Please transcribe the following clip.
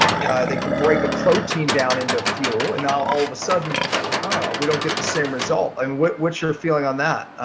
yeah they can break a protein down into a fuel. and now all of a sudden oh, we don't get the same result. and what's what's your feeling on that,